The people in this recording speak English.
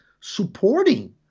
supporting